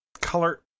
color